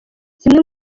zimwe